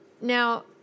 Now